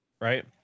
Right